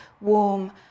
warm